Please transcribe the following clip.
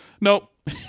Nope